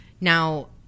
Now